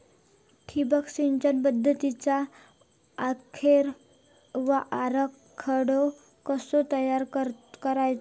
ठिबक सिंचन पद्धतीचा आरेखन व आराखडो कसो तयार करायचो?